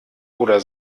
oder